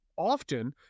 often